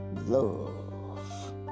Love